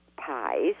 pies